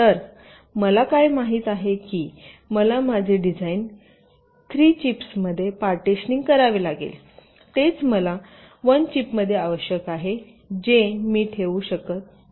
तर मला काय माहित आहे की मला माझे डिझाइन 3 चिप्समध्ये पार्टिशनिंग करावे लागेल तेच मला 1 चिपमध्ये आवश्यक आहे जे मी ठेवू शकत नाही